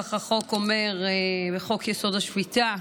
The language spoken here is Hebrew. נוסח הצעת החוק אומר: "בחוק-יסוד: השפיטה,